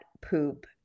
poop